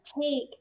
take